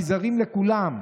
רייזרים לכולם.